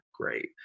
great